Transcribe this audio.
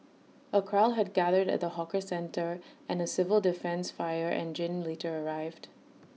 A crowd had gathered at the hawker centre and A civil defence fire engine later arrived